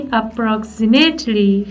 approximately